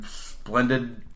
splendid